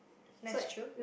that's true